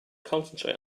concentrate